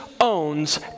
owns